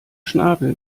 schnabel